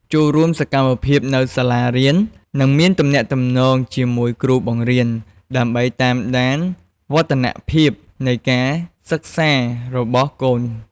ចូលរួមសកម្មភាពនៅសាលារៀន និងមានទំនាក់ទំនងជាមួយគ្រូបង្រៀន ដើម្បីតាមដានវឌ្ឍនភាពនៃការសិក្សារបស់កូន។